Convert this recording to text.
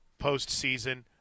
postseason